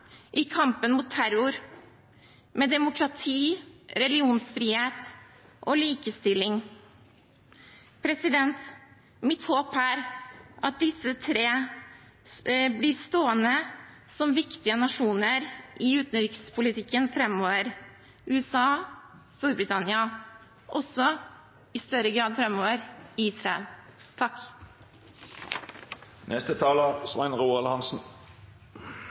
i kampen mot terror, med demokrati, religionsfrihet og likestilling. Mitt håp er at disse tre blir stående som viktige nasjoner i utenrikspolitikken framover: USA, Storbritannia og – i større grad framover – Israel.